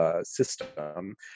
system